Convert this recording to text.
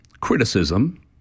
criticism